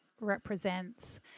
represents